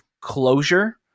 closure